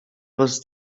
was